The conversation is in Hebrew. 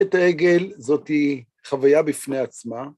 את העגל, זאת חוויה בפני עצמה.